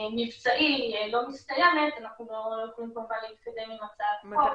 והמבצעי לא מסתיימת אנחנו לא יכולים כמובן להתקדם עם הצעת חוק.